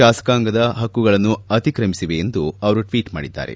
ಶಾಸಕಾಂಗದ ಹಕ್ಕುಗಳನ್ನು ಅತಿಕ್ರಮಿಸಿವೆ ಎಂದು ಅವರು ಟ್ವೀಟ್ ಮಾಡಿದ್ದಾರೆ